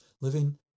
Living